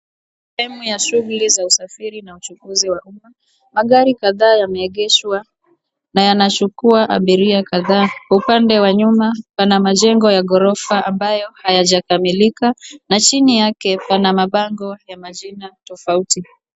Sehemu ya shughuli za usafiri na uchukuzi wa umma. Magari kadhaa yameegeshwa na yanachukua abiria kadhaa. Upande wa nyuma pana majengo ya ghorofa ambayo hayajakamilika. Na chini yake pana mabango ya majina tofauti.